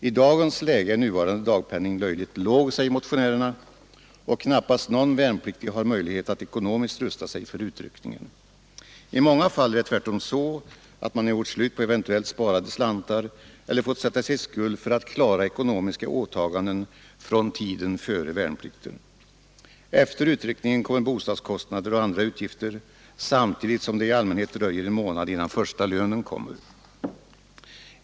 I dagens läge är nuvarande dagpenning löjligt låg, säger vi motionärer, och knappast någon värnpliktig har möjlighet att ekonomiskt rusta sig för utryckningen.I många fall är det tvärtom så, att många har gjort slut på eventuellt sparade slantar eller fått sätta sig i skuld för att klara ekonomiska åtaganden från tiden före värnplikten. Efter utryckningen kommer bostadskostnader och andra utgifter samtidigt som det i allmänhet dröjer en månad innan första lönen betalas ut.